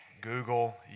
Google